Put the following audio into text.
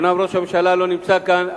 אומנם ראש הממשלה לא נמצא כאן,